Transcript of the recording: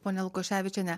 pone lukoševičiene